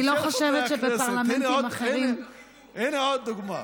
אני לא חושבת שבפרלמנטים אחרים, הינה עוד דוגמה.